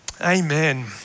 Amen